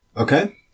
Okay